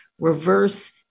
reverse